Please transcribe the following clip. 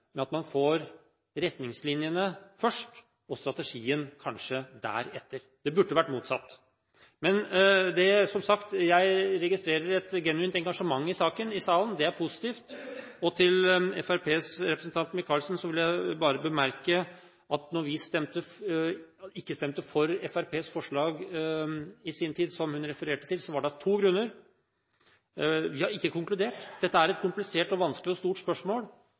man får retningslinjene først og strategien kanskje deretter. Det burde vært motsatt. Men, som sagt, jeg registrerer et genuint engasjement i saken i salen. Det er positivt. Til Fremskrittspartiets representant Michaelsen vil jeg bare bemerke at da vi ikke stemte for Fremskrittspartiets forslag i sin tid – som hun refererte til – var det av to grunner: Vi har ikke konkludert. Dette er et komplisert, vanskelig og stort spørsmål